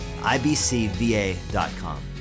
ibcva.com